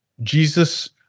Jesus